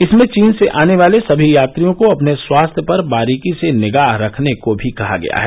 इसमें चीन से आने वाले सभी यात्रियों को अपने स्वास्थ्य पर बारीकी से निगाह रखने को भी कहा गया है